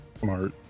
Smart